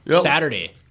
Saturday